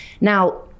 now